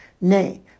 Nay